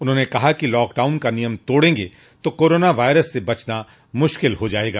उन्होंने कहा कि लॉकडाउन का नियम तोड़ेंगे तो कोरोना वायरस से बचना मूश्किल हो जायेगा